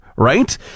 Right